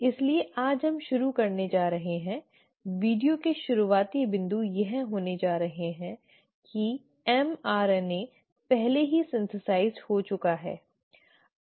इसलिए आज हम शुरू करने जा रहे हैं वीडियो के शुरुआती बिंदु यह होने जा रहे हैं कि mRNA पहले ही संश्लेषित हो चुका है